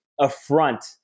affront